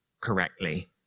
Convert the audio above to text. correctly